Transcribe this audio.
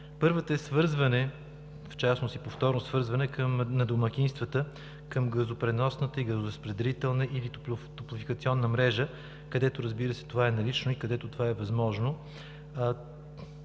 Първата е свързване, в частност и повторно свързване на домакинствата към газопреносната, газоразпределителна или топлофикационна мрежа, където, разбира се, това е налично и възможно.